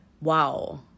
wow